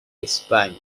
espagne